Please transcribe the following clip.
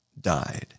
died